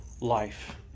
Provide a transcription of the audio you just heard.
life